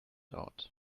out